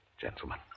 gentlemen